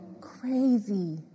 Crazy